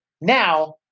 Now